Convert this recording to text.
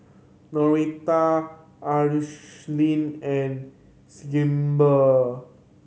Noretta Ashli and